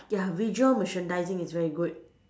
ya visual merchandising is very good